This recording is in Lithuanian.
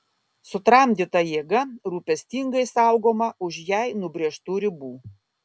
sutramdyta jėga rūpestingai saugoma už jai nubrėžtų ribų